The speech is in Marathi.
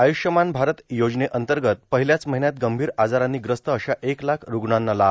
आयुष्यमान भारत योजनेअंतर्गत पहिल्याच महिल्यात गंभीर आजारांनी ग्रस्त अशा एक लाख रूग्णांना लाभ